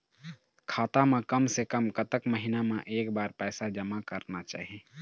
खाता मा कम से कम कतक महीना मा एक बार पैसा जमा करना चाही?